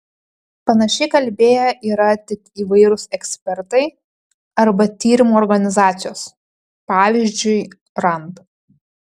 panašiai kalbėję yra tik įvairūs ekspertai arba tyrimų organizacijos pavyzdžiui rand